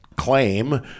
claim